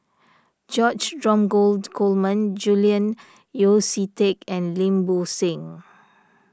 George Dromgold Coleman Julian Yeo See Teck and Lim Bo Seng